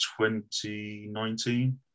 2019